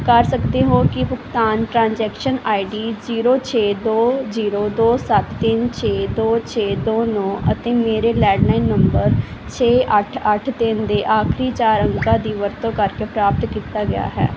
ਕਰ ਸਕਦੇ ਹੋ ਕੀ ਭੁਗਤਾਨ ਟ੍ਰਾਂਜੈਕਸ਼ਨ ਆਈਡੀ ਜੀਰੋ ਛੇ ਦੋ ਜੀਰੋ ਦੋ ਸੱਤ ਤਿੰਨ ਛੇ ਦੋ ਛੇ ਦੋ ਨੌਂ ਅਤੇ ਮੇਰੇ ਲੈਂਡਲਾਈਨ ਨੰਬਰ ਛੇ ਅੱਠ ਅੱਠ ਤਿੰਨ ਦੇ ਆਖਰੀ ਚਾਰ ਅੰਕਾਂ ਦੀ ਵਰਤੋਂ ਕਰਕੇ ਪ੍ਰਾਪਤ ਕੀਤਾ ਗਿਆ ਹੈ